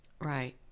Right